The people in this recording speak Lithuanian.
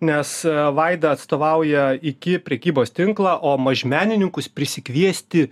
nes vaida atstovauja iki prekybos tinklą o mažmenininkus prisikviesti